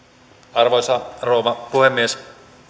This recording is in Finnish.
arvoisa rouva puhemies